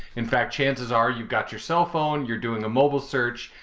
in fact, chances are you've got your cell phone, you're doing a mobile search,